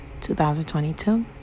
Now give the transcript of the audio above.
2022